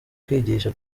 kwigisha